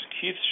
Keith